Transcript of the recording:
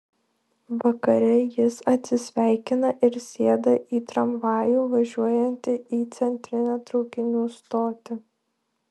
vakare jis atsisveikina ir sėda į tramvajų važiuojantį į centrinę traukinių stotį